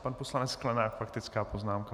Pan poslanec Sklenák faktická poznámka.